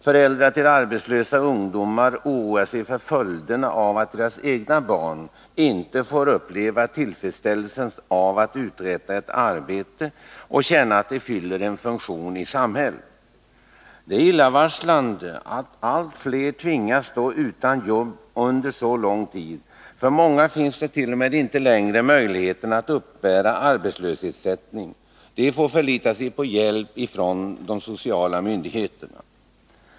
Föräldrar till arbetslösa ungdomar oroar sig för följderna av att deras egna barn inte får uppleva tillfredsställelsen av att uträtta ett arbete och känna att de fyller en funktion i samhället. Det är illavarslande att allt fler tvingas stå utan jobb under lång tid. För många finns det t.o.m. inte längre möjlighet att uppbära arbetslöshetsersättning. De får förlita sig på hjälp från de sociala myndigheterna.